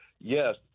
Yes